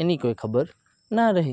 એની કોઈ ખબર ના રહી